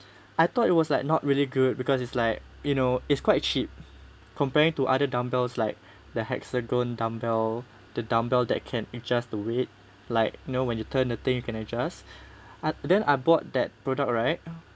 I thought it was like not really good because it's like you know it's quite cheap comparing to other dumbbells like the hexagon dumbbell the dumbbell that can adjust the weight like you know when you turn the thing you can adjust ah then I bought that product right